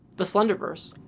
the slenderverse.